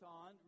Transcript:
on